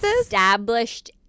established